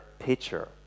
picture